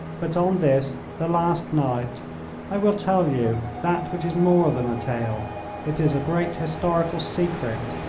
but on this the last night i will tell you that which is more than a tale it is a great historical secret.